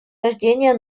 рождения